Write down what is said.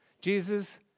Jesus